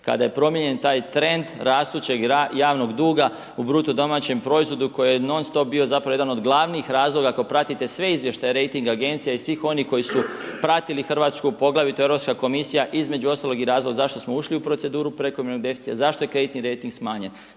kada je promijenjen taj trend rastućeg javnog duga u bruto domaćem proizvodu koji je non stop bio zapravo jedan od glavnih razloga ako pratite sve izvještaje rejting agencija i svih onih koji su pratili Hrvatsku, poglavito Europska komisija između ostalog i razloga zašto smo ušli u proceduru prekomjernog deficita, zašto je kreditni rejting smanjen.